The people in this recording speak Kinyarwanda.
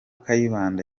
kayibanda